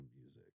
music